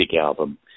album